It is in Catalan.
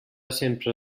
sempre